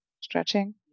stretching